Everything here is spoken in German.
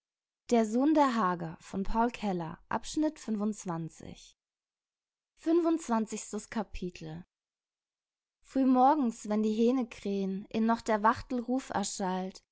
fünfundzwanzigstes kapitel frühmorgens wenn die hähne krähn eh noch der wachtel ruf erschallt